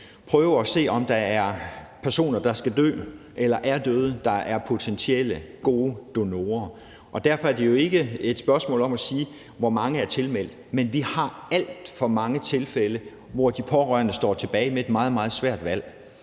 prøve at se, om der er personer, der skal dø eller er døde, der er potentielle gode donorer. Derfor er det jo ikke et spørgsmål om at spørge, hvor mange der er tilmeldt. Men vi har alt for mange tilfælde, hvor de pårørende står tilbage med et meget, meget svært valg,